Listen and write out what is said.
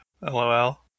lol